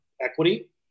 equity